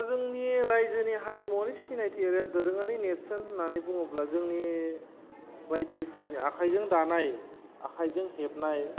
जोंनि रायजोनि हारिमुवारि सिनायथि आरो दोरोङारि नेरसोन होन्नानै बुङोब्ला जोंनि बायदि रोखोमनि आखाइजों दानाय आखाइजों हेबनाय